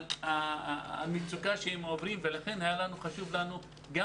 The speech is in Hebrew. על המצוקה בה הם שרויים ולכן היה לנו חשוב לספק